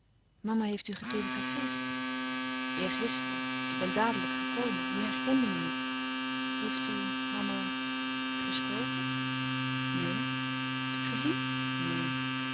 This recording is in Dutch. mama heeft u getelegrafeerd eergisteren ik ben dadelijk gekomen je herkende me niet heeft u mama gesproken neen gezien neen